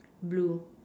blue